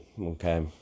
okay